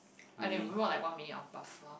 I don't know we bought like one minute of buffer